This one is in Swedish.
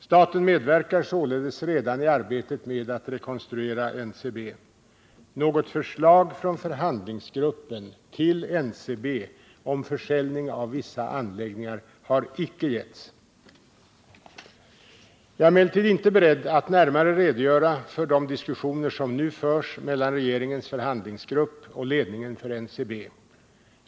Staten medverkar således redan i arbetet med att rekonstruera NCB. Något förslag från förhandlingsgruppen till NCB om försäljning av vissa anläggningar har inte getts. Jag är emellertid inte beredd att närmare redogöra för de diskussioner som nu förs mellan regeringens förhandlingsgrupp och ledningen för NCB.